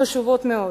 חשובות מאוד.